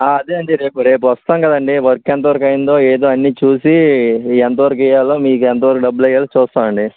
అదే అండి రేపు రేపు వస్తాం కదండి వర్క్ ఎంతవరకు అయిందో ఏదో అన్ని చూసి ఎంతవరకు ఇవ్వాలో మీకు ఎంతవరకు డబ్బులు వెయ్యాలో చూస్తామండి